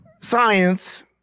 science